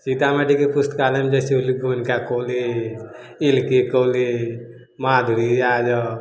सीतामढ़ीके पुस्तकालय जैसे होलै Goenka college L K college Madhuri Yadav